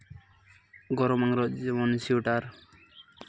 ᱜᱚᱨᱚᱢ ᱟᱸᱜᱽᱨᱚᱵ ᱡᱮᱢᱚᱱ ᱥᱩᱭᱮᱴᱟᱨ